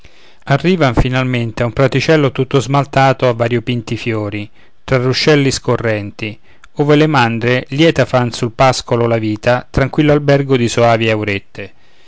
arrivan finalmente a un praticello tutto smaltato a variopinti fiori tra ruscelli scorrenti ove le mandre lieta fanno sul pascolo la vita tranquillo albergo di soavi aurette